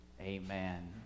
amen